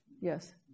Yes